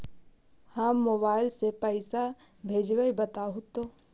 हम मोबाईल से पईसा भेजबई बताहु तो?